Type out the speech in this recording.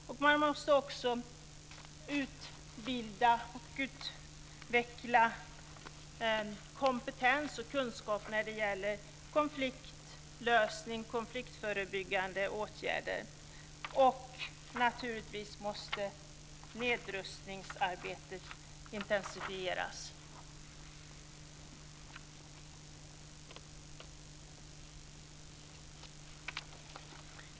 Man måste också utveckla kompetens och kunskap när det gäller konfliktlösning och konfliktförebyggande åtgärder, och naturligtvis måste nedrustningsarbetet intensifieras.